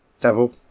devil